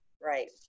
Right